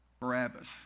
Barabbas